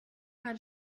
kann